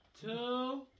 two